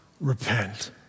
repent